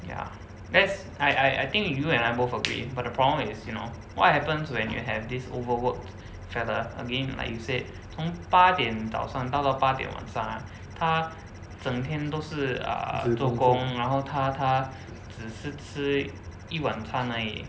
ya that's I I I think you and I both agree but the problem is you know what happens when you have this overworked fella again like you said 从八点早上做到八点晚上 ah 他整天都是 err 做工然后他他只是吃一碗餐而已